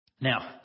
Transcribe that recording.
Now